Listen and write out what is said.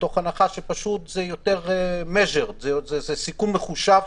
מתוך הנחה שזה סיכון מחושב,